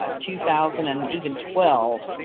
ah two thousand and even twelve,